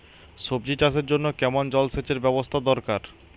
সবজি চাষের জন্য কেমন জলসেচের ব্যাবস্থা দরকার?